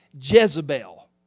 Jezebel